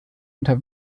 unter